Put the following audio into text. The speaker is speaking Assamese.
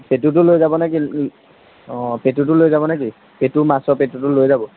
পেটুটো লৈ যাব নেকি অঁ পেটুটো লৈ যাব নেকি পেটু মাছৰ পেটুটো লৈ যাব